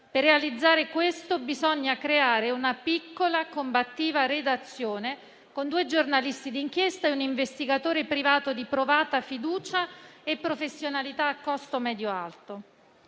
Per realizzare questo bisogna «creare una piccola, combattiva redazione» con «due giornalisti di inchiesta e un investigatore privato di provata fiducia e professionalità (a costo medio-alto)».